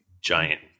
giant